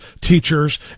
teachers